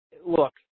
look